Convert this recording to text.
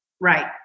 Right